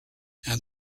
and